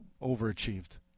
overachieved